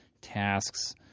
tasks